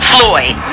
Floyd